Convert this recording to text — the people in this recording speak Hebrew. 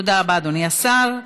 תודה רבה, אדוני השר.